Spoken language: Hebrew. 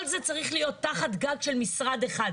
כל זה צריך להיות תחת גג של משרד אחד.